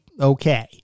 okay